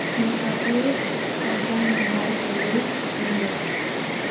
Singapore Hong Kong Mumbai Paris New York